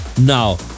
Now